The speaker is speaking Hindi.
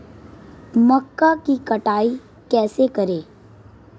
मक्का की कटाई कैसे करें?